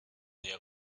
their